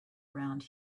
around